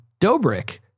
Dobrik